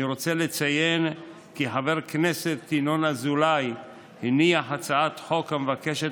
אני רוצה לציין כי חבר הכנסת ינון אזולאי הניח הצעת חוק המבקשת